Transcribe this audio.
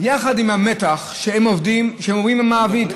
יחד עם המתח שהן עוברות עם המעביד,